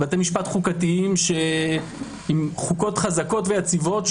בתי משפט חוקתיים עם חוקות חזקות ויציבות,